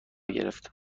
گرفت